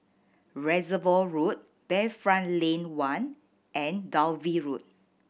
Reservoir Road Bayfront Lane One and Dalvey Road